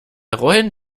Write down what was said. rollen